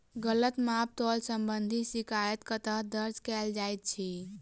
गलत माप तोल संबंधी शिकायत कतह दर्ज कैल जाइत अछि?